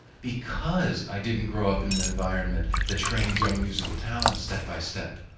because i didn't grow up in an environment that trains young musical talent step by step.